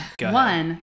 One